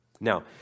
Now